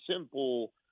simple